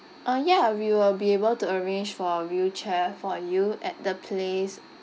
uh ya we will be able to arrange for a wheelchair for you at the place